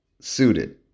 suited